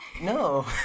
No